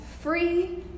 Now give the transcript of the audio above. free